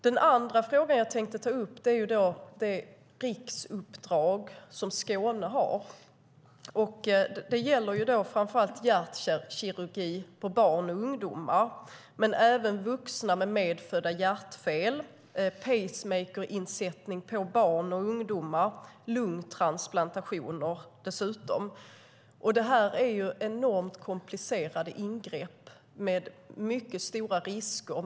Den andra fråga jag tänkte ta upp är det riksuppdrag som Skåne har. Det gäller framför allt hjärtkirurgi på barn och ungdomar, men även vuxna med medfödda hjärtfel, pacemakerinsättning på barn och ungdomar och dessutom lungtransplantationer. Detta är enormt komplicerade ingrepp med mycket stora risker.